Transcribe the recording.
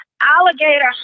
Alligator